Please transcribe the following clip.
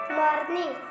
morning